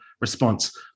response